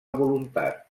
voluntat